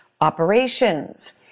operations